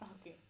Okay